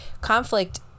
conflict